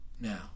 Now